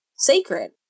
sacred